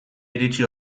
iritsi